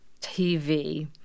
TV